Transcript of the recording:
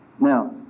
Now